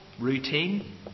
routine